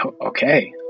okay